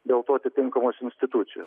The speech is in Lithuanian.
dėl to atitinkamos institucijos